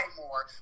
more